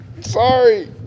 Sorry